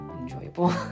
enjoyable